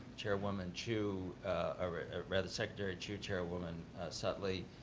chairwoman chu, or rather secretary chu, chairwoman sutley,